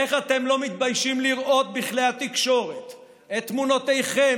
איך אתם לא מתביישים לראות בכלי התקשורת את תמונותיכם